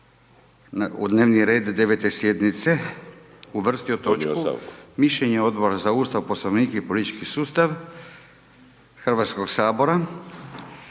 u dnevni red 9 sjednice uvrstio točku: Mišljenje Odbora za Ustav, Poslovnik i politički sustav Hrvatskog sabora